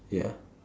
ya